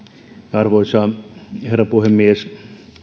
arvoisa herra puhemies